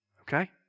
okay